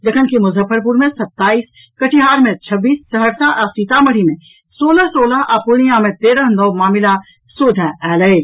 जखनकि मुजफ्फपुर मे सत्ताईस कटिहर मे छब्बीस सहरसा आ सीतामढ़ी मे सोलह सोलह आ पूर्णिया मे तेरह नव मामिला सोझा आयल अछि